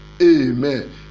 Amen